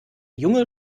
junge